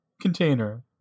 container